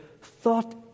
thought